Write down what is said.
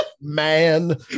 man